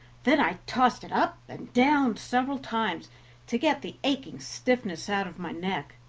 then i tossed it up and down several times to get the aching stiffness out of my neck.